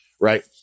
right